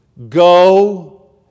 Go